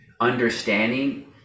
understanding